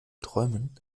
träumen